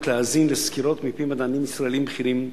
להאזין לסקירות מפי מדענים ישראלים בכירים,